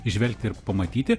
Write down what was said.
įžvelgti ir pamatyti